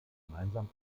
gemeinsam